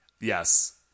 Yes